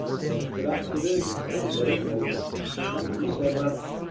well good afternoon everybody, and thank you so much